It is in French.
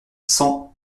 cent